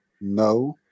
No